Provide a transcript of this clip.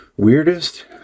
Weirdest